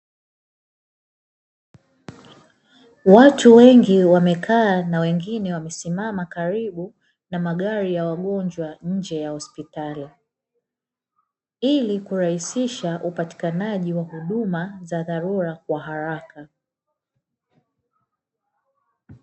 Watu wengi wamekaa na wengine wamesimama karibu na magari ya wagonjwa nje ya hospitali, ili kurahisisha upatikanaji wa huduma za dharura kwa haraka.